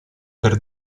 per